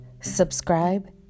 Subscribe